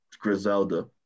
Griselda